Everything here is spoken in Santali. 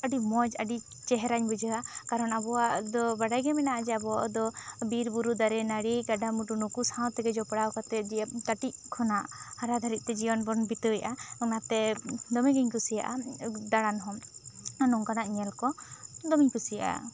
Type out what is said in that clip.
ᱟᱹᱰᱤ ᱢᱚᱡᱽ ᱟᱹᱰᱤ ᱪᱮᱦᱨᱟ ᱵᱩᱡᱷᱟᱹᱣᱟ ᱠᱟᱨᱚᱱ ᱟᱵᱚᱣᱟᱜ ᱫᱚ ᱵᱟᱰᱟᱭ ᱜᱮ ᱢᱮᱱᱟᱜᱼᱟ ᱡᱮ ᱟᱵᱚ ᱫᱚ ᱵᱤᱨ ᱵᱩᱨᱩ ᱫᱟᱨᱮ ᱱᱟᱹᱲᱤ ᱜᱟᱰᱟ ᱢᱩᱰᱩ ᱱᱩᱠᱩ ᱥᱟᱶ ᱛᱮᱜᱮ ᱡᱚᱯᱲᱟᱣ ᱠᱟᱛᱮ ᱠᱟᱹᱴᱤᱡ ᱠᱷᱚᱱᱟᱜ ᱦᱟᱨᱟ ᱫᱷᱟᱹᱨᱤᱡ ᱛᱮ ᱡᱤᱭᱚᱱ ᱵᱚᱱ ᱵᱤᱛᱟᱹᱣ ᱮᱫᱟ ᱚᱱᱟᱛᱮ ᱫᱚᱢᱮ ᱜᱮᱧ ᱠᱩᱥᱤᱭᱟᱜᱼᱟ ᱫᱟᱬᱟᱱ ᱦᱚᱸ ᱱᱚᱝᱠᱟᱱᱟᱜ ᱧᱮᱞ ᱠᱚ ᱫᱚᱢᱮᱧ ᱠᱩᱥᱤᱭᱟᱜᱼᱟ